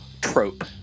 Trope